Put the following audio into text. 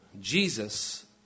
Jesus